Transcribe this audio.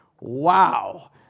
Wow